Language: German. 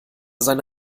seine